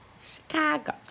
Chicago